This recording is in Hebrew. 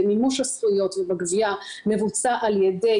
במימוש הזכויות ובגבייה מבוצע על ידי